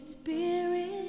Spirit